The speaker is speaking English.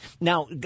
Now